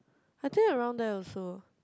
I think around there also